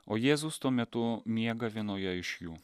o jėzus tuo metu miega vienoje iš jų